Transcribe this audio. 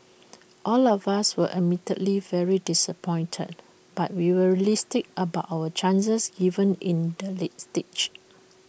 all of us were admittedly very disappointed but we were realistic about our chances given in the late stage